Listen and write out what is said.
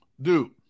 Dude